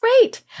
Great